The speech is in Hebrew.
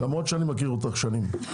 למרות שאני מכיר אותך שנים.